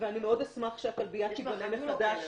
ואני מאוד אשמח שהכלבייה תיבנה מחדש -- יש לך חתול או כלב,